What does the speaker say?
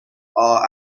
are